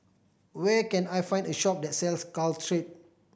where can I find a shop that sells Caltrate